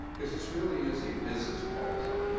because this really is a business policy.